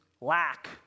lack